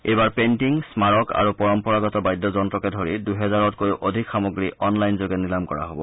এইবাৰ পেইণ্টিং স্মাৰক আৰু পৰম্পৰাগত বাদ্যযন্ত্ৰকে ধৰি দুহেজাৰতকৈও অধিক সামগ্ৰী অনলাইন যোগে নিলাম কৰা হ'ব